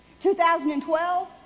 2012